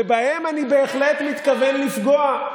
ובהם אני בהחלט מתכוון לפגוע,